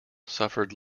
suffered